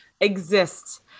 exist